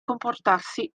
comportarsi